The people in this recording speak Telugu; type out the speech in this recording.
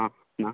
అన్న